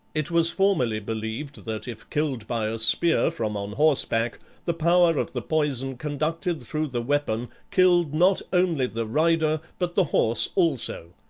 it was formerly believed that if killed by a spear from on horseback the power of the poison conducted through the weapon killed not only the rider, but the horse also.